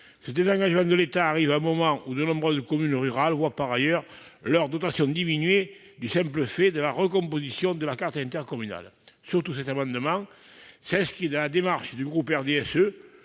Ce désengagement de l'État arrive à un moment où de nombreuses communes rurales voient, par ailleurs, leurs dotations diminuer du simple fait de la recomposition de la carte intercommunale. Surtout, cet amendement s'inscrit dans la démarche du groupe du RDSE